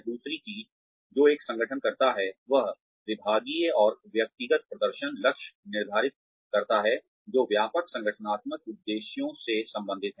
दूसरी चीज जो एक संगठन करता है वह विभागीय और व्यक्तिगत प्रदर्शन लक्ष्य निर्धारित करता है जो व्यापक संगठनात्मक उद्देश्यों से संबंधित हैं